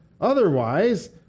Otherwise